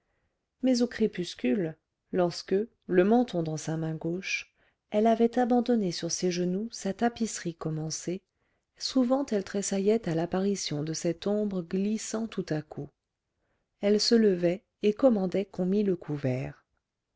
mais au crépuscule lorsque le menton dans sa main gauche elle avait abandonné sur ses genoux sa tapisserie commencée souvent elle tressaillait à l'apparition de cette ombre glissant tout à coup elle se levait et commandait qu'on mît le couvert